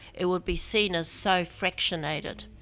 it would be seen as so fractionated,